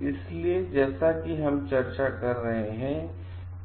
इसलिए जैसा कि हम चर्चा कर रहे हैं